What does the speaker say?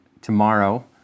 Tomorrow